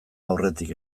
aurretik